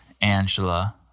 Angela